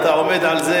אתה עומד על זה,